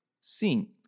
sim